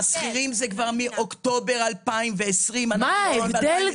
השכירים זה כבר מאוקטובר 2020 --- מה ההבדל,